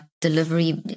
delivery